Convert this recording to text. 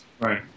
Right